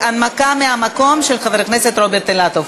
הם לא פוגשים חיילות,